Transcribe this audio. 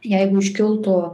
jeigu iškiltų